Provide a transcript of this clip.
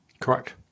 Correct